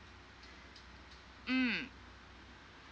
mm